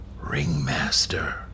Ringmaster